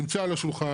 נמצא על השולחן,